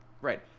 Right